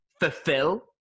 fulfill